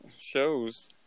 shows